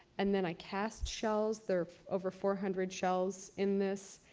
and then i cast shells. there are over four hundred shells in this.